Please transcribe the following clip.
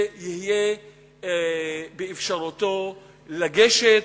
שיהיה באפשרותו לגשת,